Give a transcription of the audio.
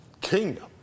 kingdom